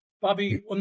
Bobby